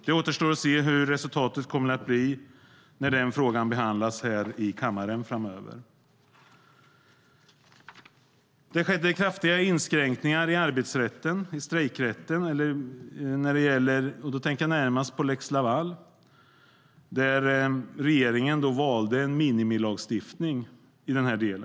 Det återstår att se hur resultatet kommer att bli när frågan behandlas här i kammaren framöver. Det har skett kraftiga inskränkningar i strejkrätten. Då tänker jag närmast på lex Laval, där regeringen valde en minimilagstiftning.